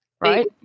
right